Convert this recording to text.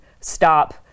stop